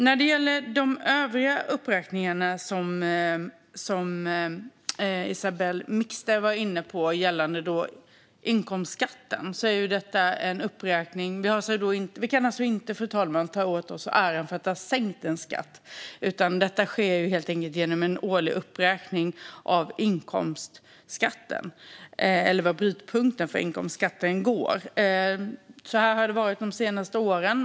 När det gäller de övriga uppräkningar som Isabell Mixter var inne på rörande inkomstskatten är detta just en uppräkning. Vi kan alltså inte, fru talman, ta åt oss äran för att ha sänkt en skatt, utan detta sker helt enkelt genom en årlig uppräkning av inkomstskatten. Det handlar om var brytpunkten för inkomstskatten går. Så här har det varit de senaste åren.